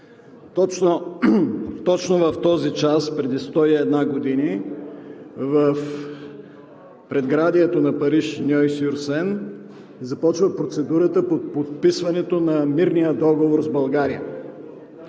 Точно в този час преди 101 години в предградието на Париж Ньой сюр Сен започва процедурата по подписването на мирния договор с България.